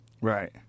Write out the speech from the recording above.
Right